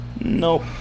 Nope